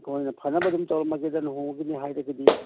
ꯑꯩꯈꯣꯏꯅ ꯐꯅꯕ ꯑꯗꯨꯝ ꯇꯧꯔꯝꯃꯒꯦꯗ ꯂꯨꯍꯣꯡꯕꯒꯤꯅꯦ ꯍꯥꯏꯔꯒꯗꯤ